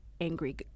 angry